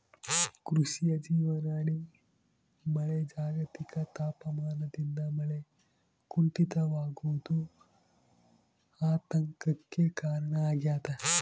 ಕೃಷಿಯ ಜೀವನಾಡಿ ಮಳೆ ಜಾಗತಿಕ ತಾಪಮಾನದಿಂದ ಮಳೆ ಕುಂಠಿತವಾಗೋದು ಆತಂಕಕ್ಕೆ ಕಾರಣ ಆಗ್ಯದ